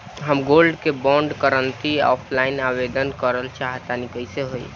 हम gold bond करंति offline आवेदन करल चाह तनि कइसे होई?